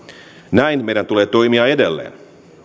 näin meidän tulee toimia edelleen